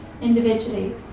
individually